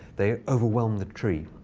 they overwhelmed the tree.